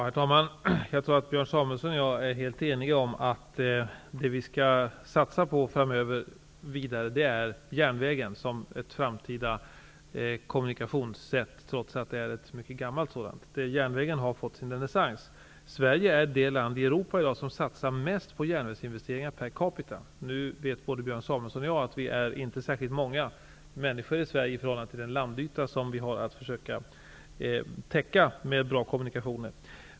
Herr talman! Jag tror att Björn Samuelson och jag är helt eniga om att det som vi skall satsa på framöver är järnvägen som ett framtida kommunikationsmedel, trots att det är ett mycket gammalt sådant. Järnvägen har fått en renässans. Sverige är i dag det land i Europa som satsar mest på järnvägsinvesteringar per kapita. Både Björn Samuelson och jag vet att det inte är särskilt många människor i Sverige i förhållande till den landyta som vi har att försöka täcka med bra kommunikationer.